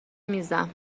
میزم